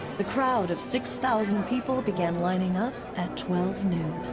the crowds of six thousand people began lining up at twelve noon.